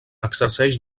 exerceix